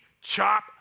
chop